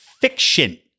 fiction